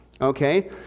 Okay